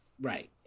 Right